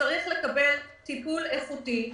וצריך לקבל טיפול איכותי,